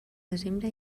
desembre